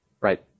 right